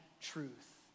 truth